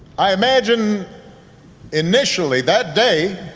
i imagine initially that de.